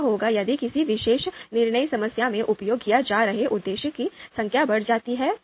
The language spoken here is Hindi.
क्या होगा यदि किसी विशेष निर्णय समस्या में उपयोग किए जा रहे उद्देश्यों की संख्या बढ़ जाती है